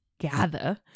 gather